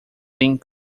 being